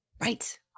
Right